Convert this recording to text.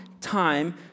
time